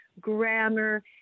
grammar